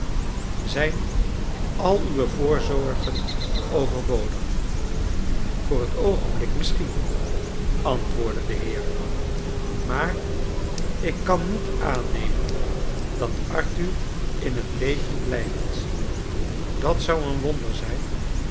zijn al uwe voorzorgen overbodig voor het oogenblik misschien antwoordde de heer maar ik kan niet aannemen dat arthur in het leven blijft dat zou een wonder zijn